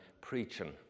preaching